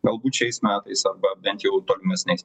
galbūt šiais metais arba bent jau tolimesniais